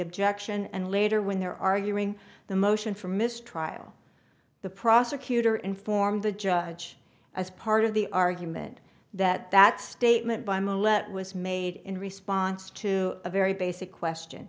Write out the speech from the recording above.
objection and later when they're arguing the motion for mistrial the prosecutor informed the judge as part of the argument that that statement by mallette was made in response to a very basic question